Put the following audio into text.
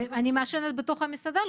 אני מעשנת בתוך המסעדה?